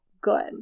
good